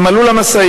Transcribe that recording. הם עלו למשאית,